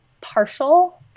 partial